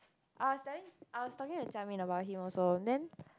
I was telling I was talking to Jia-Min about him also then